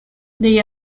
they